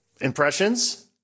Impressions